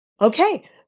Okay